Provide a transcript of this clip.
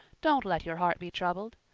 don't let your heart be troubled,